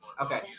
okay